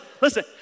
listen